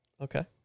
Okay